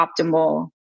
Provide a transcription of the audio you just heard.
optimal